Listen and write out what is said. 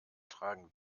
tragen